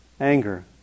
Anger